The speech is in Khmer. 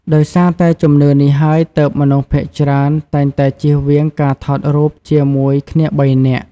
ដោយសារតែជំនឿនេះហើយ ទើបមនុស្សភាគច្រើនតែងតែជៀសវាងការថតរូបជាមួយគ្នាបីនាក់។